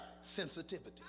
Sensitivity